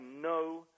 no